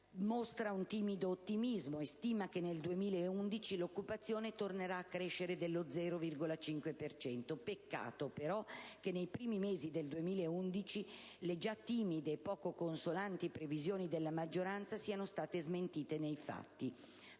mostra un timido ottimismo e stima che nel 2011 l'occupazione tornerà a crescere dello 0,5 per cento. Peccato, però, che nei primi mesi del 2011 le già timide e poco consolanti previsioni della maggioranza siano state smentite nei fatti.